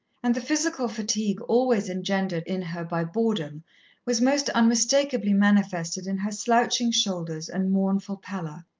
and the physical fatigue always engendered in her by boredom was most unmistakably manifested in her slouching shoulders and mournful pallor.